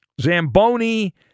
Zamboni